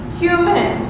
human